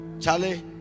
Charlie